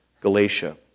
Galatia